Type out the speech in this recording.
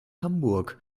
hamburg